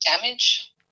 damage